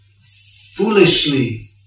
foolishly